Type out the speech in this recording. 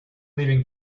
leaving